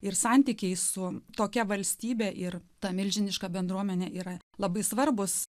ir santykiai su tokia valstybė ir ta milžiniška bendruomenė yra labai svarbūs